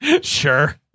Sure